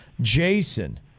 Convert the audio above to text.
Jason